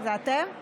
זה אתם?